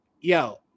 yo